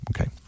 Okay